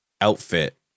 outfit